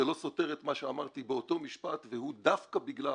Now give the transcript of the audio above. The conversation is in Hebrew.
זה לא סותר את מה שאמרתי באותו משפט והוא דווקא בגלל